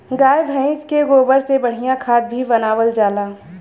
गाय भइस के गोबर से बढ़िया खाद भी बनावल जाला